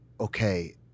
okay